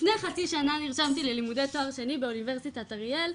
לפני חצי שנה נרשמתי ללימודי תואר שני "באוניברסיטת אריאל",